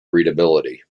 readability